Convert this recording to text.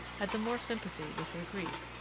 had the more sympathy with her grief,